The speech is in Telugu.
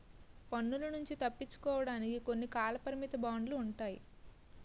పన్నుల నుంచి తప్పించుకోవడానికి కొన్ని కాలపరిమిత బాండ్లు ఉంటాయి